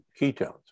ketones